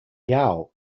yao